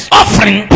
offering